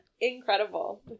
Incredible